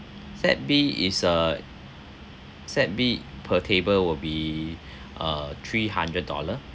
set B is uh set B per table will be uh three hundred dollar